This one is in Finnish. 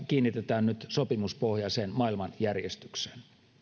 kiinnitetään nyt sopimuspohjaiseen maailmanjärjestykseen